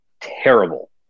terrible